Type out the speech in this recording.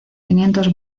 quinientos